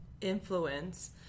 influence